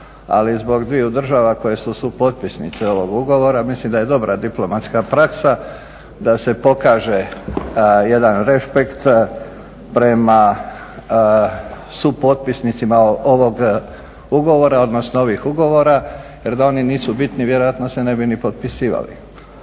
ali zbog dviju država koje su supotpisnice ovog ugovora. Mislim da je dobra diplomatska praksa da se pokaže jedan rešpekt prema supotpisnicima ovog ugovora odnosno ovih ugovora jer da oni nisu bitni vjerojatno se ne bi ni potpisivali.